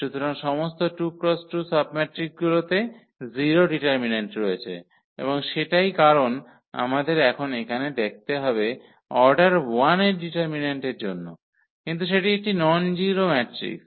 সুতরাং সমস্ত 2 × 2 সাবমেট্রিকগুলিতে 0 ডিটারমিন্যান্ট রয়েছে এবং সেটাই কারন আমাদের এখন এখানে দেখতে হবে অর্ডার 1 এর ডিটারমিন্যান্ট এর জন্য কিন্তু সেটি একটি ননজিরো ম্যাট্রিক্স